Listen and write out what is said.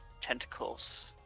tentacles